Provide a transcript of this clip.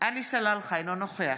עלי סלאלחה, אינו נוכח